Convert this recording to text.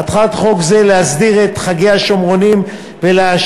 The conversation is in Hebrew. מטרת חוק זה היא להסדיר את חגי השומרונים ולאשר